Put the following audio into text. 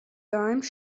dimes